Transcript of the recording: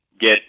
get